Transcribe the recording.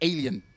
Alien